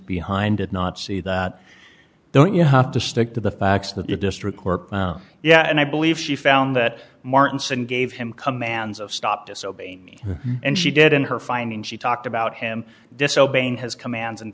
behind did not see that then you have to stick to the facts that your district court yeah and i believe she found that martin said and gave him commands of stop disobeying and she did in her finding she talked about him disobeying his commands and